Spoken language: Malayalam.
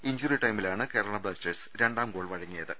ഇഞ്ചുറി ടൈമിലാണ് കേരളാ ബ്ലാസ്റ്റേഴ്സ് രണ്ടാം ഗോൾ വഴങ്ങിയത്